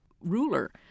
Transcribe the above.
ruler